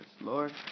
Lord